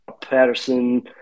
Patterson